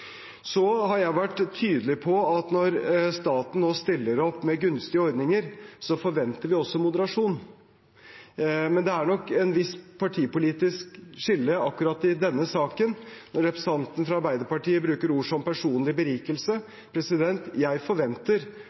Så har jeg vært tydelig på at når staten nå stiller opp med gunstige ordninger, forventer vi også moderasjon. Men det er nok et visst partipolitisk skille akkurat i denne saken – når representanten fra Arbeiderpartiet bruker ord som «personlig berikelse». Jeg forventer